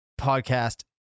podcast